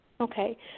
Okay